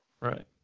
right